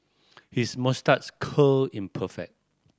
his moustache curl is perfect